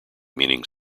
meaning